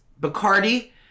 Bacardi